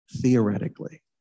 theoretically